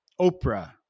Oprah